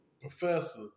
professor